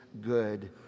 good